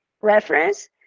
reference